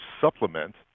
supplement